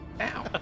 Ow